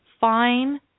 Fine